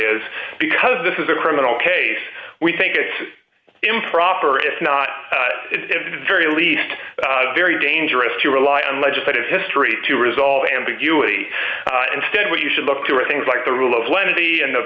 is because this is a criminal case we think it's improper it's not it's very least very dangerous to rely on legislative history to resolve ambiguity instead what you should look to are things like the rule of lenity and the